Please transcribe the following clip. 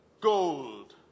Gold